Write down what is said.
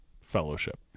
Fellowship